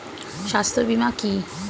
স্বাস্থ্য বীমা কি?